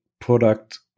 product